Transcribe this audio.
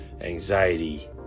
Anxiety